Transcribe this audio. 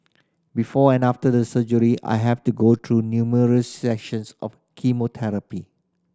before and after the surgery I had to go through numerous sessions of chemotherapy